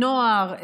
נוער,